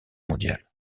mondiale